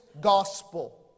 gospel